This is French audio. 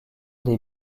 des